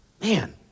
Man